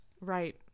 Right